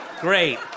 Great